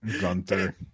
Gunther